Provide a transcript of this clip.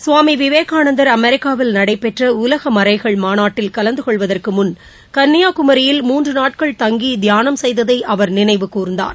சுவாமிவிவேகானந்தர் அமெரிக்காவில் நடைபெற்றஉலகமறைகள் மாநாட்டில் கலந்தகொள்வதற்குமுன் கன்னியாகுமரியில் மூன்றுநாட்கள் தங்கிதியானம் செய்ததைஅவர் நினைவுகூர்ந்தார்